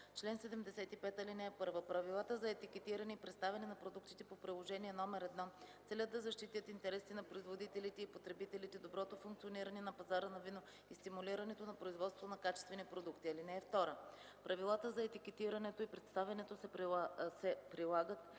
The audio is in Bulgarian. „Чл. 75. (1) Правилата за етикетиране и представяне на продуктите по Приложение № 1 целят да защитят интересите на производителите и потребителите, доброто функциониране на пазара на вино и стимулирането на производството на качествени продукти. (2) Правилата за етикетирането и представянето се прилагат